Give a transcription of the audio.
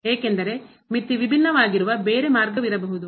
ಏಕೆಂದರೆ ಮಿತಿ ವಿಭಿನ್ನವಾಗಿರುವ ಬೇರೆ ಮಾರ್ಗವಿರಬಹುದು